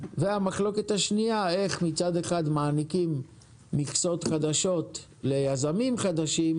והמחלוקת השנייה איך מצד אחד מעניקים מכסות חדשות ליזמים חדשים,